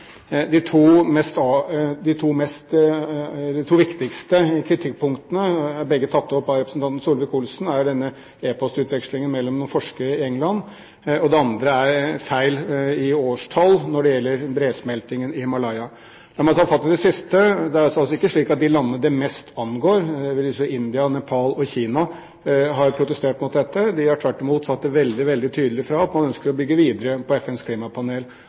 De to viktigste kritikkpunktene, som begge er tatt opp av representanten Solvik-Olsen, er denne e-postutvekslingen mellom forskere i England og feilen i årstall når det gjelder bresmeltingen i Himalaya. La meg ta fatt i det siste. Det er altså ikke slik at de landene det mest angår, dvs. India, Nepal og Kina, har protestert mot dette. De har tvert imot sagt veldig tydelig fra at de ønsker å bygge videre på FNs klimapanel.